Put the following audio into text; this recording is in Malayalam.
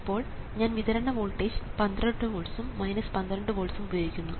ഇപ്പോൾ ഞാൻ വിതരണ വോൾട്ടേജ് 12 വോൾട്സ്ഉം 12 വോൾട്സ്ഉം ഉപയോഗിക്കുന്നു